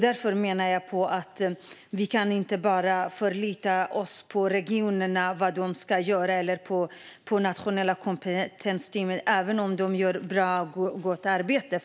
Därför menar jag på att vi inte bara kan förlita oss på regionerna och vad de ska göra eller på det nationella kompetenscentrumet, även om de gör ett gott arbete.